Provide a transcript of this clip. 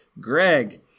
greg